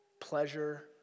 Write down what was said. pleasure